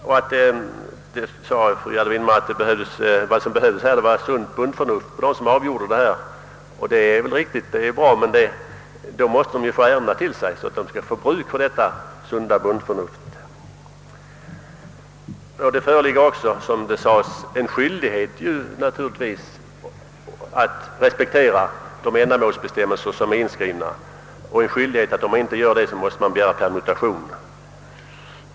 Vad som behövs är vanligt bondförstånd hos dem som handlägger frågorna, sade fru Gärde Widemar. Det är riktigt. Men då måste vederbörande få ärendena överlämnade till sig, så att de kan göra bruk av sitt bondförstånd. Det föreligger naturligtvis också, som jag sade, en skyldighet att respektera de ändamålsbestämmelser, som är inskrivna, eller också begära permutation.